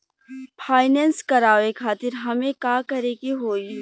Finance करावे खातिर हमें का करे के होई?